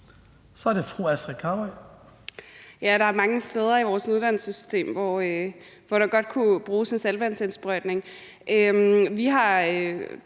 der er mange steder i vores uddannelsessystem, hvor der godt kunne bruges en saltvandsindsprøjtning.